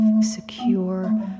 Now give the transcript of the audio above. secure